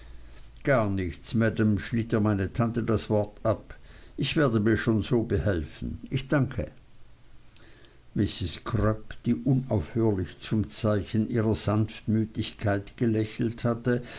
gar nichts maam schnitt ihr meine tante das wort ab ich werde mir schon so behelfen ich danke mrs crupp die unaufhörlich zum zeichen ihrer sanftmütigkeit gelächelt hatte